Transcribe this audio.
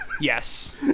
Yes